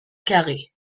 carré